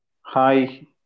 Hi